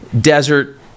desert